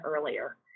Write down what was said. earlier